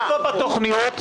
ובצפון?